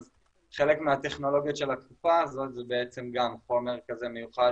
אז חלק מהטכנולוגיות של הכפפה הזאת זה בעצם גם חלק כזה מיוחד